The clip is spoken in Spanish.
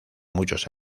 muchos